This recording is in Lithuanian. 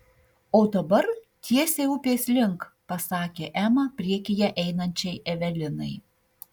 o dabar tiesiai upės link pasakė ema priekyje einančiai evelinai